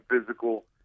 physical